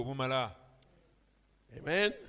Amen